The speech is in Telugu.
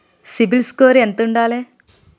సిబిల్ స్కోరు ఎంత ఉండాలే?